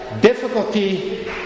difficulty